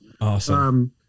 Awesome